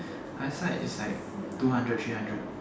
ya that's why it's like two hundred three hundred